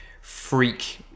freak